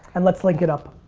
and let's link it up.